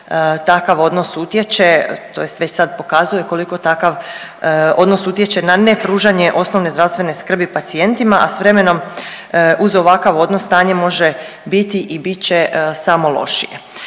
takav odnos utječe, tj. već sad pokazuje koliko takav odnos utječe na nepružanje osnovne zdravstvene skrbi pacijentima, a s vremenom uz ovakav odnos stanje može biti i bit će samo lošije.